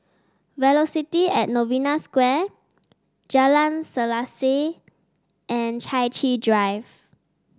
Velocity At Novena Square Jalan Selaseh and Chai Chee Drive